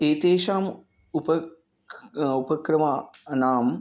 एतेषाम् उप क् उपक्रमाणां